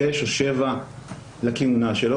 שישית או שביעית לכהונה שלו,